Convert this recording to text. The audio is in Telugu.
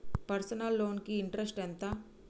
పర్సనల్ లోన్ కి ఇంట్రెస్ట్ ఎంత?